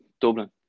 Dublin